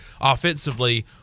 offensively